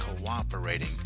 cooperating